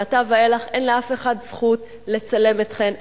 מעתה ואילך אין לאף אחד זכות לצלם אתכן,